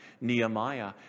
Nehemiah